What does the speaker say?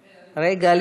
רגע.